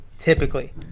Typically